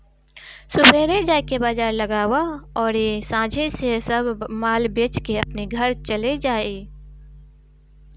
सुबेरे जाके बाजार लगावअ अउरी सांझी से सब माल बेच के अपनी घरे चली जा